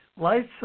Life